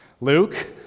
luke